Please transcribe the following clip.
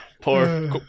Poor